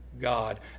God